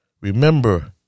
Remember